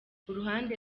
uruhande